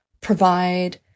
provide